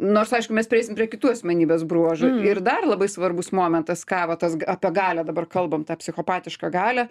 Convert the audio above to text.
nors aišku mes prieisim prie kitų asmenybės bruožų ir dar labai svarbus momentas ką va tas apie galią dabar kalbam tą psichopatišką galią